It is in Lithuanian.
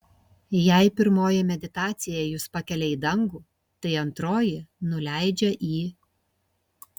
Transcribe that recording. jei pirmoji meditacija jus pakelia į dangų tai antroji nuleidžia į